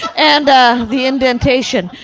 and ah, the indentation.